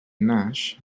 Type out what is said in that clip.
naix